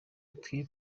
ati